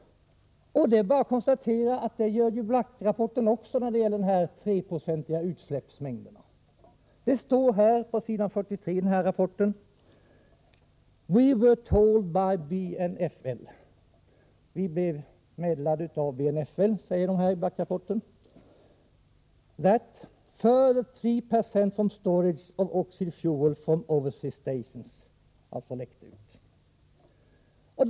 Det är bara att konstatera att det gör Black-rapporten också när det gäller de 3-procentiga utsläppsmängderna. Det står på s. 43 i rapporten: ”We were told by BNFL” — vi meddelades av BNFL-”that---3 90 from storage of oxide fuel from overseas stations” hade läckt ut.